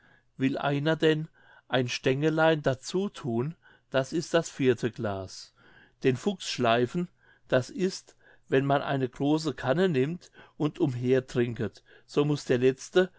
will einer denn ein stengelein dazu thun das ist das vierte glas den fuchs schleifen das ist wenn man eine große kanne nimmt und umher trinket so muß der letzte